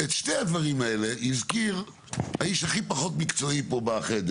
את שניהם הזכיר האיש הכי פחות מקצועי בחדר: